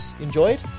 enjoyed